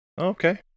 okay